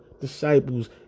disciples